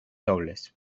dobles